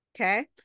okay